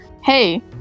hey